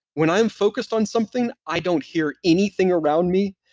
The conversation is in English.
when i am focused on something, i don't hear anything around me.